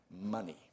money